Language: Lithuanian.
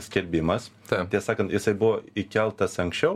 skelbimas tie sakant jisai buvo įkeltas anksčiau